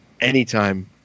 anytime